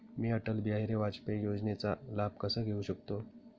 मी अटल बिहारी वाजपेयी योजनेचा लाभ कसा घेऊ शकते?